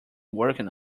working